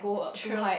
chill